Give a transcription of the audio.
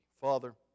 Father